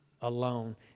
alone